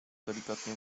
delikatnie